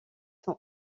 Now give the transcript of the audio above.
sont